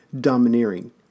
domineering